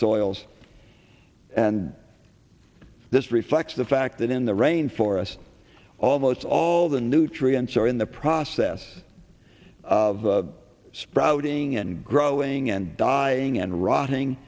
soils and this reflects the fact that in the rain forest almost all the nutrients are in the process of sprouting and growing and dying and rotting